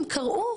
הם קראו,